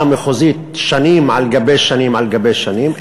המחוזית שנים על גבי שנים על גבי שנים,